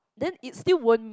then it still won't